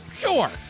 Sure